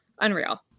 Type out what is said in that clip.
Unreal